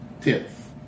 Tenth